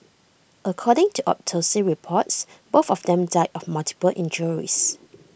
according to autopsy reports both of them died of multiple injuries